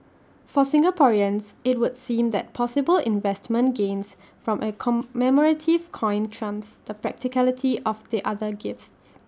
for Singaporeans IT would seem that possible investment gains from A commemorative coin trumps the practicality of the other gifts